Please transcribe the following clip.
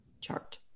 chart